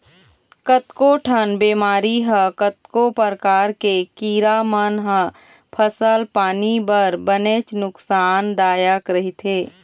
कतको ठन बेमारी ह कतको परकार के कीरा मन ह फसल पानी बर बनेच नुकसान दायक रहिथे